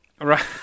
right